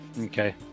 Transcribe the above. Okay